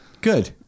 Good